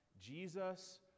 Jesus